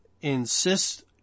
insist